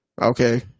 Okay